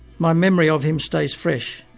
my memory of him stays fresh,